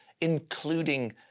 including